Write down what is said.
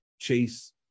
Chase